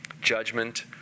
judgment